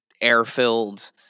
air-filled